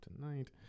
tonight